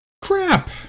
crap